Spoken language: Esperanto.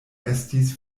estis